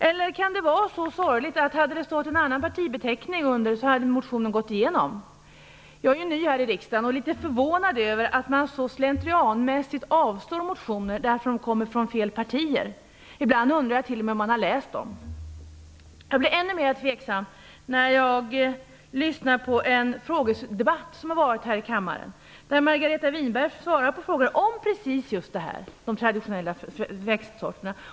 Eller kan det vara så sorgligt att om motionen hade varit försedd med en annan partibeteckning, hade den gått igenom? Jag är ju ny här i riksdagen, och jag är litet förvånad över att man så slentrianmässigt avslår motioner därför att de kommer från fel partier. Ibland undrar jag t.o.m. om man har läst motionerna. Jag blev ännu mera tveksam när jag lyssnade till en frågedebatt här i kammaren. Margareta Winberg svarade på en fråga om precis just detta, dvs. de traditionella växtsorterna.